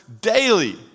daily